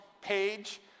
page